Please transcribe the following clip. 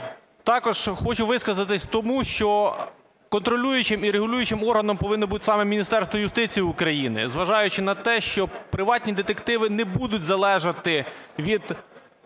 Також хочу висказатися, тому що контролюючим і регулюючим органом повинно бути саме Міністерство юстиції України, зважаючи на те, що приватні детективи не будуть залежати від